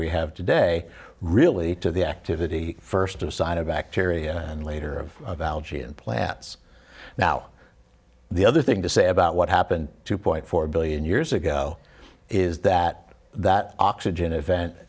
we have today really to the activity first of side of bacteria and later of algae and plants now the other thing to say about what happened two point four billion years ago is that that oxygen event